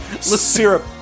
Syrup